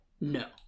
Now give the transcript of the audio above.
No